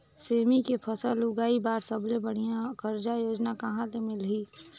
सेमी के फसल उगाई बार सबले बढ़िया कर्जा योजना कहा ले मिलही?